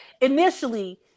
initially